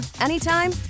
anytime